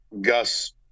Gus